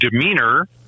demeanor